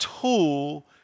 tool